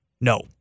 no